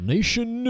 Nation